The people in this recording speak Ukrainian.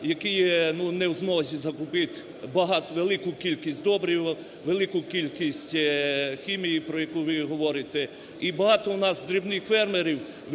ну, не в змозі закупити багато, велику кількість добрива, велику кількість хімії, про яку ви говорите. І багато в нас дрібних фермерів